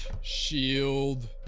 shield